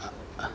I